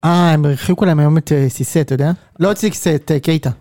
אה, הם הרחיקו להם היום את סיסט, אתה יודע? לא, זה סיסט, קייטה.